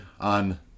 on